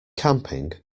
camping